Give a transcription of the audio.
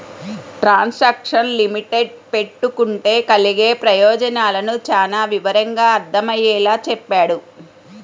transaction limit పెట్టుకుంటే కలిగే ప్రయోజనాలను చానా వివరంగా అర్థమయ్యేలా చెప్పాడు